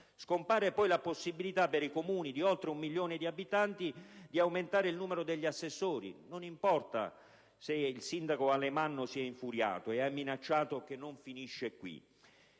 Scompare inoltre la possibilità per i Comuni di oltre un milione di abitanti di aumentare il numero degli assessori: non importa se il sindaco Alemanno si è infuriato e ha minacciato che non finisce qui.